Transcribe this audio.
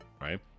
right